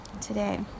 today